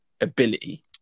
ability